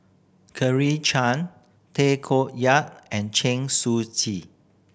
Claire Chiang Tay Koh Yat and Chen Shiji